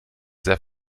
sehr